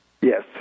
Yes